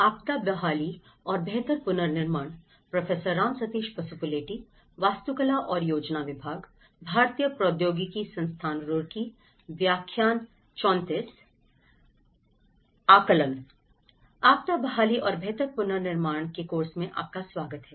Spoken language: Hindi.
आपदा बहाली और बेहतर पुनर्निर्माण के कोर्स में में आपका स्वागत है